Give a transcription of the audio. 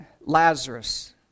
Lazarus